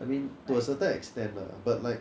I mean to a certain extent lah but like